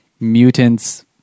mutants